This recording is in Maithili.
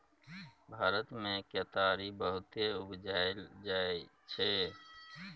भारत मे केतारी बहुते उपजाएल जाइ छै